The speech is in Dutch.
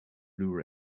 blu